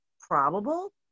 probable